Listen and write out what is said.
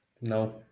No